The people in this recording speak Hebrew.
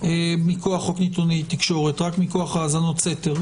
מכוח חוק נתוני תקשורת, רק מכוח האזנות סתר.